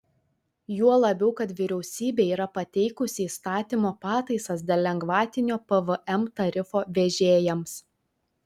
juo labiau kad vyriausybė yra pateikusi įstatymo pataisas dėl lengvatinio pvm tarifo vežėjams